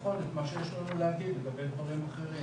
שמתבסס על בכמה מכרת את הפרויקט ומה היו הערכים שלו בסוף הדרך,